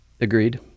Agreed